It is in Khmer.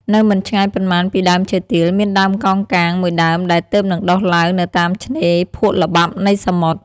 នៅមិនឆ្ងាយប៉ុន្មានពីដើមឈើទាល មានដើមកោងកាង មួយដើមដែលទើបនឹងដុះឡើងនៅតាមឆ្នេរភក់ល្បាប់នៃសមុទ្រ។